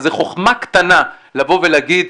אז זו חכמה קטנה לבוא ולהגיד,